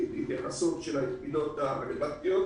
והתייחסות של הקהילות הרלוונטיות.